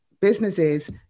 businesses